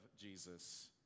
Jesus